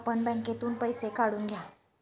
आपण बँकेतून पैसे काढून घ्या